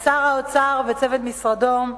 לשר האוצר וצוות משרדו,